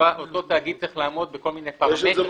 אותו תאגיד צריך לעמוד בכל מיני פרמטרים.